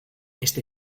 este